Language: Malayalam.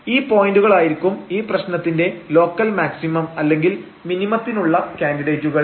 ഈ പോയന്റുകൾ ആയിരിക്കും ഈപ്രശ്നത്തിന്റെ ലോക്കൽ മാക്സിമം അല്ലെങ്കിൽ മിനിമത്തിനുള്ള കാന്ഡിഡേറ്റുകൾ